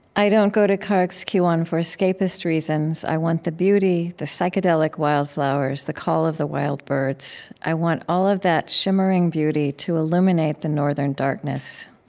i don't go to carrigskeewaun for escapist reasons. i want the beauty, the psychedelic wildflowers, the call of the wild birds, i want all of that shimmering beauty to illuminate the northern darkness.